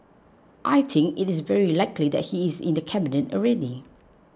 I think it is very likely that he is in the cabinet already